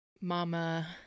Mama